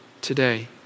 today